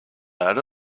out